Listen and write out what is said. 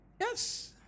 Yes